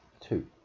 two